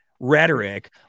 Rhetoric